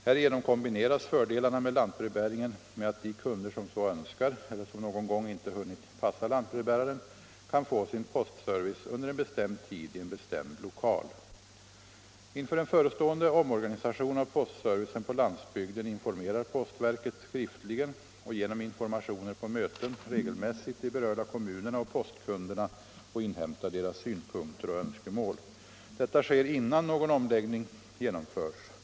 Härigenom kombineras fördelarna med lantbrevbäringen med att de kunder som så önskar eller som någon gång inte hunnit passa lantbrevbäraren kan få sin postservice under en bestämd tid i en bestämd lokal. Inför en förestående omorganisation av postservicen på landsbygden informerar postverket skriftligen och genom informationer på möten regelmässigt de berörda kommunerna och postkunderna och inhämtar deras synpunkter och önskemål. Detta sker innan någon omläggning genomförs.